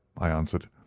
i answered.